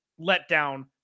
letdown